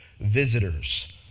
visitors